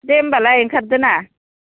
दे होनबालाय ओंखारदो ना